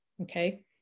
Okay